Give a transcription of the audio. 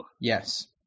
Yes